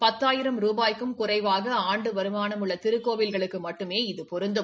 பத்தாயிரம் ரூபாய்க்கும் குறைவாக ஆண்டு வருமானம் உள்ள திருக்கோவில்களுக்கு மட்டுமே இது பொருந்தம்